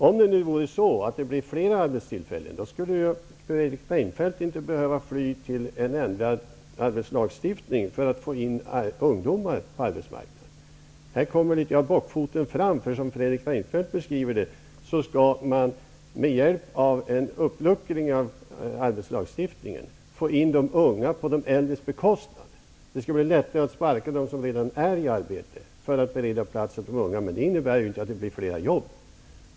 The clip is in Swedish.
Om det skulle bli fler arbetstillfällen skulle ju Fredrik Reinfeldt inte behöva fly till en enda arbetslagstiftning för att få in ungdomar på arbetsmarknaden. Här kommer litet av bockfoten fram. Fredrik Reinfeldt beskriver det som att man med hjälp av en uppluckring av arbetslagstiftningen skall få in de unga på arbetsmarknaden på de äldres bekostnad. De skall bli lättare att sparka dem som redan är i arbete för att bereda plats åt de unga, men det innebär ju inte att det blir flera jobb.